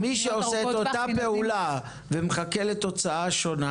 מי שעושה את אותה פעולה ומצפה לתוצאה שונה,